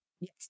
Yes